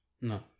no